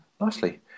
nicely